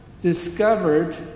discovered